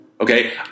okay